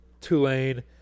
Tulane